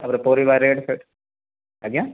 ତାପରେ ପରିବା ରେଟ ଫେଟ ଆଜ୍ଞା